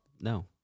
No